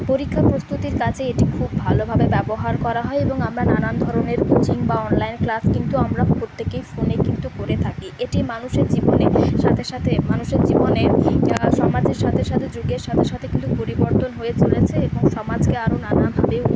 পরীক্ষার প্রস্তুতির কাজে এটি খুব ভালোভাবে ব্যবহার করা হয় এবং আমরা নানান ধরনের কোচিং বা অনলাইন ক্লাস কিন্তু আমরা প্রত্যেকেই ফোনে কিন্তু করে থাকি এটি মানুষের জীবনের সাথে সাথে মানুষের জীবনে সমাজের সাথে সাথে যুগের সাথে সাথে কিন্তু পরিবর্তন হয়ে চলেছে এবং সমাজকে আরও নানাভাবে